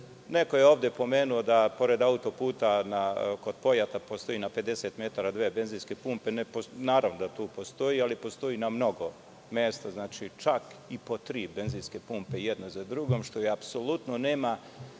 je ovde pomenuo da pored autoputa kod Pojata postoje na 50 metara dve benzinske pumpe. Naravno da tu postoji, ali postoji i na mnogo mesta, čak i po tri benzinske pumpe jedna za drugom, što apsolutno nema